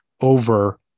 over